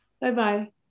Bye-bye